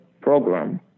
program